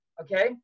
okay